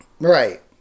Right